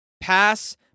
Pass